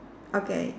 okay